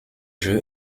jeu